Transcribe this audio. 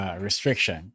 restriction